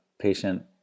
patient